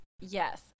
Yes